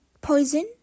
Poison